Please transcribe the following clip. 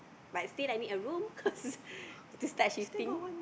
but still I need a room cause to start shifting